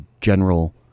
general